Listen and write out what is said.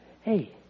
Hey